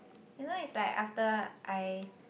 you know it's like after I